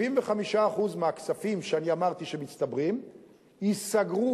75% מהכספים שאני אמרתי שמצטברים ייסגרו